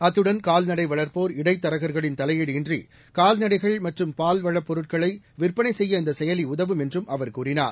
அத்துடன் கால்நடை வளர்ப்போர் இடைத்தரகர்களின் தலையீடு இன்றி கால்நடைகள் மற்றும் பால்வளப் பொருட்களை விற்பனை செய்ய இந்த செயலி உதவும் என்றும் அவர் கூறினார்